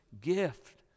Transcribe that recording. gift